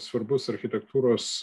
svarbus architektūros